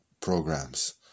programs